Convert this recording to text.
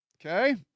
Okay